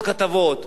אבל בפועל,